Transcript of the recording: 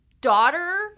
daughter